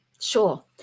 Sure